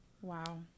Wow